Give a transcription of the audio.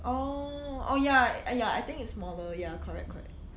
oh oh ya I ya I think it's smaller ya correct correct ya and then maybe they don't offer that many sites